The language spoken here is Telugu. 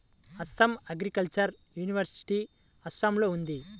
అస్సాం అగ్రికల్చరల్ యూనివర్సిటీ అస్సాంలో ఉంది